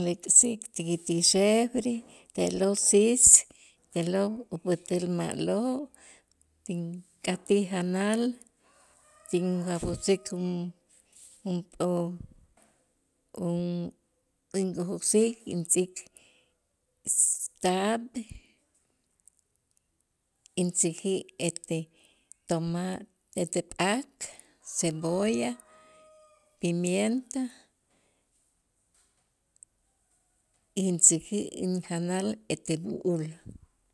lik'sik ti- ti refri te'lo' siis te'lo' upät'äl ma'lo' tink'atij janal tinjaputzik un junpo un tin kujok'sik intz'ik taab' intzäjä' ete toma ete p'ak, cebolla, pimienta, intzäjä' injanal ete b'u'ul.